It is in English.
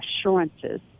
assurances